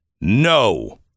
No